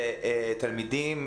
לתלמידים,